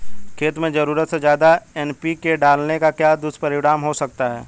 खेत में ज़रूरत से ज्यादा एन.पी.के डालने का क्या दुष्परिणाम हो सकता है?